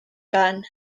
ben